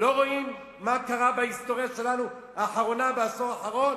לא רואים מה קרה בהיסטוריה שלנו בעשור האחרון?